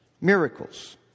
miracles